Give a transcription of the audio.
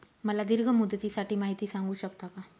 मला दीर्घ मुदतीसाठी माहिती सांगू शकता का?